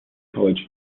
college